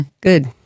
Good